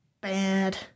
bad